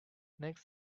next